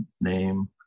name